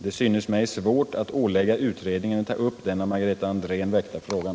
Det synes mig svårt att ålägga utredningen att ta upp den av Margareta Andrén väckta frågan.